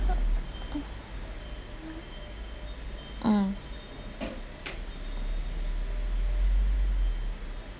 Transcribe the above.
mm